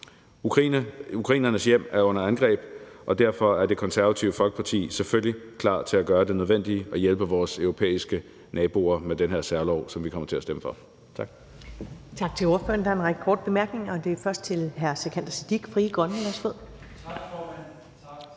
Ukrainernes hjem er under angreb, og derfor er Det Konservative Folkeparti selvfølgelig klar til at gøre det nødvendige og hjælpe vores europæiske naboer med den her særlov, som vi kommer til at stemme for. Tak. Kl. 15:04 Første næstformand (Karen Ellemann): Tak til ordføreren. Der er en række korte bemærkninger. Det er først til hr. Sikandar Siddique, Frie Grønne. Værsgo. Kl. 15:04 Sikandar